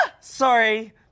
sorry